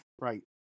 Right